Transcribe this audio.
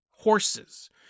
horses